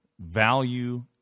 value